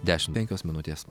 dešimt penkios minutės